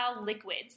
liquids